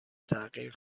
تغییر